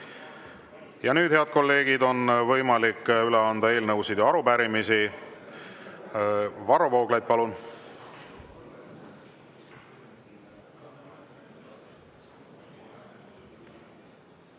52.Ja nüüd, head kolleegid, on võimalik üle anda eelnõusid ja arupärimisi. Varro Vooglaid, palun!